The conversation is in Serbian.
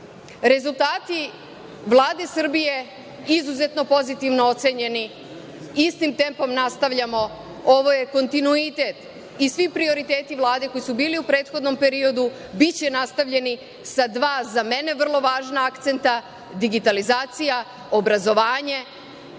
Rezultati Vlade Srbije izuzetno pozitivno su ocenjeni i istim tempom nastavljamo. Ovo je kontinuitet i svi prioriteti Vlade koji su bili u prethodnom periodu biće nastavljeni sa sva dva za mene vrlo važna akcenta – digitalizacija i obrazovanje,